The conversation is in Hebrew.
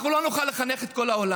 אנחנו לא נוכל לחנך את כל העולם.